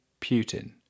Putin